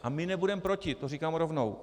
A my nebudeme proti, to říkám rovnou.